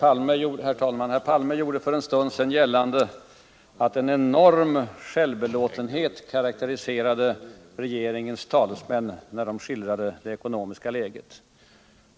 Herr talman! Olof Palme gjorde för en stund sedan gällande att en enorm självbelåtenhet karakteriserade regeringens talesmän när de skildrade det ekonomiska läget.